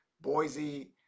Boise